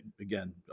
again